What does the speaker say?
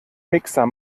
mixer